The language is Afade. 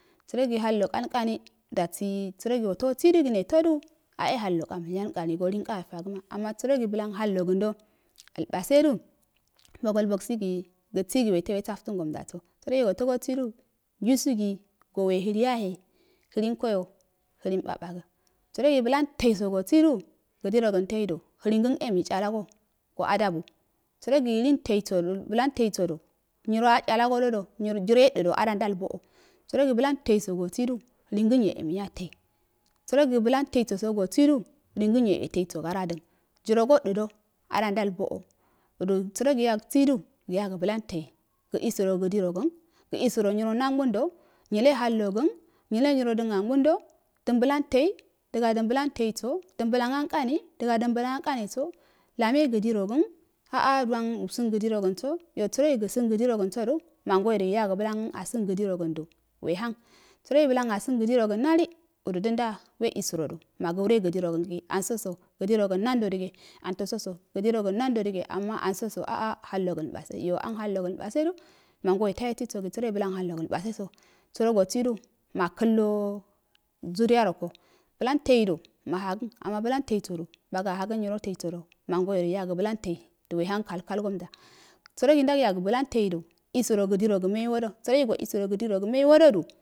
Sərogi hallkolkuni dasi sərogi wasidu wotodu a e halloka məlyalinkani so linkayo tagəma awa səroji blan hallogandol basedu du bodol boggisi gəsi weto wesantangondaso səro wato wosidu jesudu lenk llunbabagə sərogi blan teisogosidu gidi rogən tedu dene meitchacago go adalsu sərogi blan teiso du nyiroa tchalagolgodo jiroyectədo a nalalboo sərogi blan tei so gosi du lingən yahemei yatei sərogi blanteso so gosidu linganyoe teiso gara dəri jirogo dədo a ndal bolo sərogi yaksidu yago blak tei ga ubaro gidiragən gə isəro nyiro nangwal a nyinde hallogən nyile dən agundo dəri blan tei dəga blan teiso dan blan ankare dan blan ankanso lane gidiro gən a a duwan san gidi rogənsodu man goyodu yaga bllan abən gidi ragəndu we han sərogi blan asən gidi ragən nali dan da nagare gidi rogado anboso gidi ragon nado dige ama ansoso a a hallogando ibase iyo an halogan ibabe mangoyo tawe kesogi blan hallagan babeso səro wasido babeso zuriya rokundo blan tai do mahagən nyiro teia ma blan teiso so magayo yagə blan tei so we han kalkalgomda sa ragi ndau yago blan tei du yorogo meiwodo sa'rogi go usanogo mei wodo du,